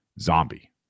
zombie